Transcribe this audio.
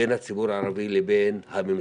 בין הציבור הערבי והממסד,